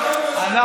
אמרתי: החבר'ה שלו,